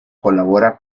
colabora